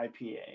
ipa